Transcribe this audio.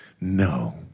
No